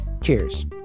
Cheers